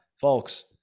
folks